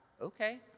okay